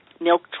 milk